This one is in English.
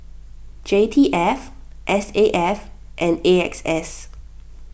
J T F S A F and A X S